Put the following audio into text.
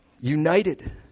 united